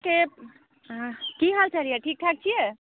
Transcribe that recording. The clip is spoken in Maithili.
के की हालचाल यऽ ठीकठाक छियै